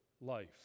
life